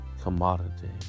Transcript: commodity